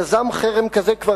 יזם חרם כזה.